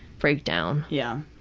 breakdown. yeah.